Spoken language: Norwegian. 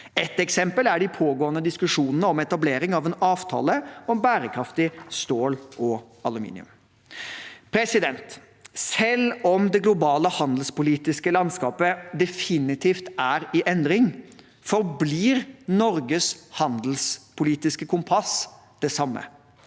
Ett eksempel er de pågående diskusjonene om etablering av en avtale om bærekraftig stål og aluminium. Selv om det globale handelspolitiske landskapet definitivt er i endring, forblir Norges handelspolitiske kompass det samme.